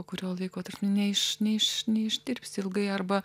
po kurio laiko tarpsnių neišneš neišdirbsi ilgai arba